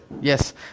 Yes